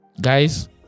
Guys